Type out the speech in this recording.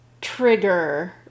trigger